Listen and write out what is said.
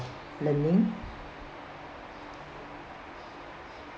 learning